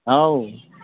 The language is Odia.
ହଉ